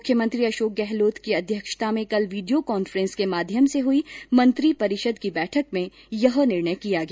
मुख्यमंत्री अशोक गहलोत की अध्यक्षता में कल वीडियो कॉन्फ्रेन्स के माध्यम से हुई मंत्रिपरिषद की बैठक में यह निर्णय किया गया